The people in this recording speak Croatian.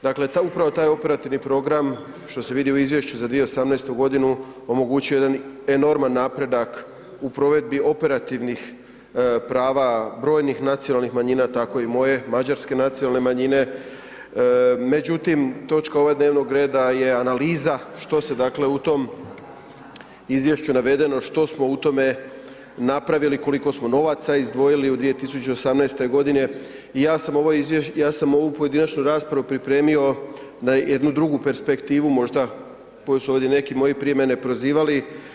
Dakle, upravo taj operativni program što se vidi u izvješću za 2018. godinu omogućio je jedan enorman napredak u provedbi operativnih prava brojnih nacionalnih manjina, tako i moje Mađarske nacionalne manjine, međutim točka ova dnevnog reda je analiza što se dakle u tom izvješću navedeno, što smo u tome napravili, koliko smo novaca izdvojili u 2018. godini i ja sam ovu pojedinačnu raspravu pripremio na jednu drugu perspektivu možda koji su ovdje neki moji prije mene prozivali.